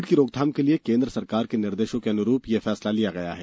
Covid की रोकथाम के लिए केन्द्र सरकार के निर्देशों के अनुरूप यह फैसला लिया गया है